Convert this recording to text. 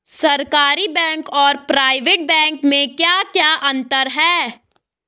सरकारी बैंक और private bank में क्या क्या अंतर हैं?